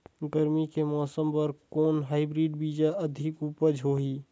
गरमी के मौसम बर कौन हाईब्रिड बीजा अधिक उपज होही?